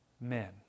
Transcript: men